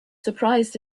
surprised